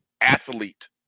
athlete